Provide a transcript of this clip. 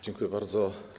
Dziękuję bardzo.